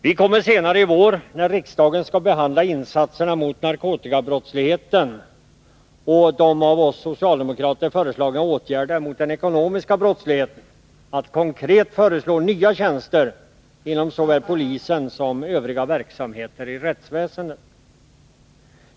Vi kommer senare i vår, när riksdagen skall behandla insatserna mot narkotikabrottsligheten och de av oss socialdemokrater föreslagna åtgärderna mot den ekonomiska brottsligheten, att konkret föreslå nya tjänster inom såväl polisen som övriga verksamheter i rättsväsendet.